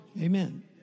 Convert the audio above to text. amen